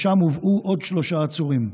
לשם הובאו עוד שלושה עצורים.